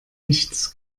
nichts